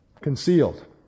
concealed